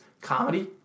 comedy